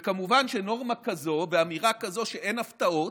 וכמובן שנורמה כזו ואמירה כזו שאין הפתעות,